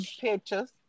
pictures